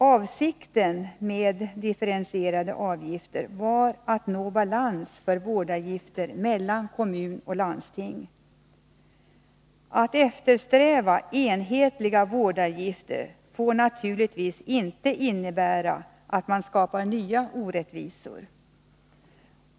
Avsikten med differentierade avgifter var att nå balans för vårdavgifter mellan kommun och landsting. Att eftersträva enhetliga vårdavgifter får naturligtvis inte innebära att man skapar nya orättvisor.